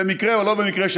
במקרה או שלא במקרה,